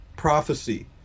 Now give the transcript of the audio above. prophecy